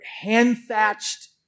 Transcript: hand-thatched